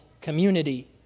community